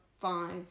five